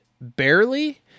barely